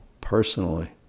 personally